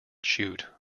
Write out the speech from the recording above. chute